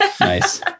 nice